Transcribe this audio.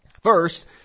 First